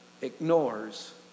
ignores